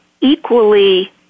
equally